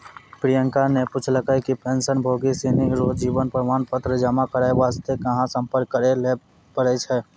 प्रियंका ने पूछलकै कि पेंशनभोगी सिनी रो जीवन प्रमाण पत्र जमा करय वास्ते कहां सम्पर्क करय लै पड़ै छै